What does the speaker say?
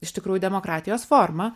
iš tikrųjų demokratijos formą